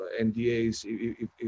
NDAs